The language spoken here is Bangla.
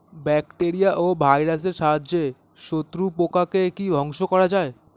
ব্যাকটেরিয়া ও ভাইরাসের সাহায্যে শত্রু পোকাকে কি ধ্বংস করা যায়?